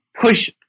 push